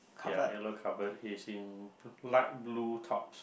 ya yellow covered he's in light blue tops